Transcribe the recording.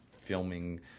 filming